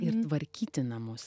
ir tvarkyti namus